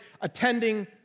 attending